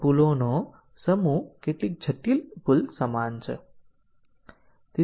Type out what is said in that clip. આજે આપણે mutation testing પર ધ્યાન આપીશું જે ફોલ્ટ આધારિત ટેસ્ટીંગ છે